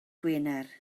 gwener